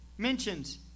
Mentions